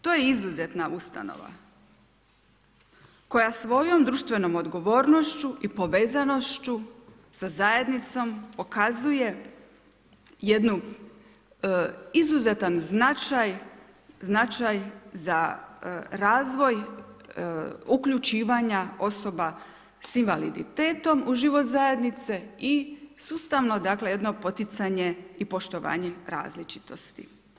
To je izuzetna ustanova koja svojom društvenom odgovornošću i povezanošću sa zajednicom pokazuje jednu izuzetan značaj za razvoj uključivanja osoba sa invaliditetom u život zajednice i sustavno, dakle jedno poticanje i poštovanje različitosti.